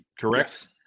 Correct